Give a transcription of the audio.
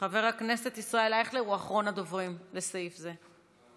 חבר הכנסת ישראל אייכלר הוא אחרון הדוברים לסעיף זה.